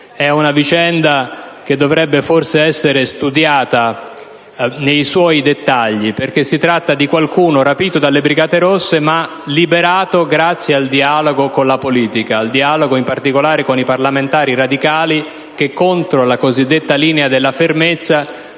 È una vicenda che dovrebbe forse essere studiata nei suoi dettagli: si tratta infatti di qualcuno rapito dalle Brigate rosse, ma liberato grazie al dialogo con la politica, in particolare con i parlamentari radicali, che contro la cosiddetta linea della fermezza